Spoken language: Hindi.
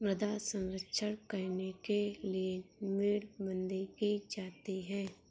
मृदा संरक्षण करने के लिए मेड़बंदी की जाती है